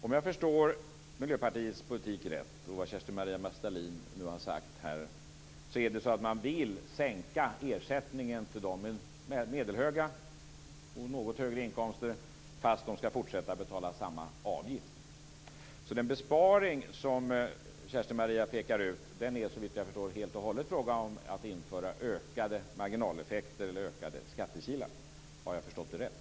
Om jag förstår Miljöpartiets politik och vad Kerstin-Maria Stalin har sagt här rätt så vill man sänka ersättningen till dem med medelhöga och något högre inkomster. Fast de skall fortsätta att betala samma avgift. Den besparing som Kerstin-Maria Stalin pekar ut är alltså såvitt jag förstår helt och hållet en fråga om att införa ökade marginaleffekter eller ökade skattekilar. Har jag förstått det rätt?